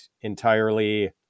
entirely